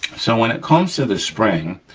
so, when it comes to the spring,